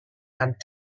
and